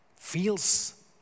feels